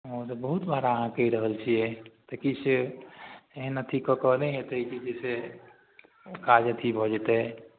हँ तऽ बहुत भाड़ा अहाँ कहि रहल छिए तऽ किछु एहन अथी कऽ कऽ नहि हेतै कि जे छै से काज अथी भऽ जएतै